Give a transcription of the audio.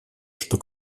что